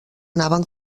anaven